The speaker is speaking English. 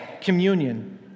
communion